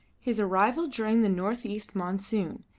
his arrival during the north-east monsoon,